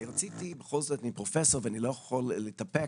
אני בכל זאת פרופסור ואני לא יכול להתאפק,